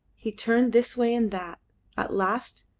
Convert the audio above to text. he turned this way and that at last,